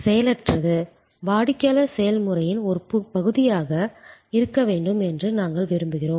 செயலற்றது வாடிக்கையாளர் செயல்முறையின் ஒரு பகுதியாக இருக்க வேண்டும் என்று நாங்கள் விரும்புகிறோம்